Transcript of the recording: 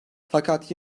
fakat